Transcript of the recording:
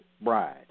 bride